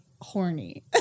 Horny